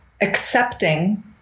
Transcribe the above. accepting